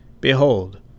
behold